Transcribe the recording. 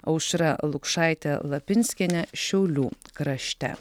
aušra lukšaite lapinskiene šiaulių krašte